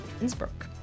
Innsbruck